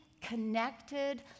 connected